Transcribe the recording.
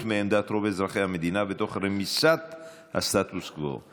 מעמדת רוב אזרחי המדינה ותוך רמיסת הסטטוס קוו.